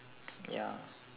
ya